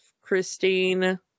Christine